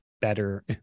better